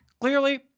clearly